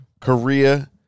Korea